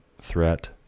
threat